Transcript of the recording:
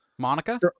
monica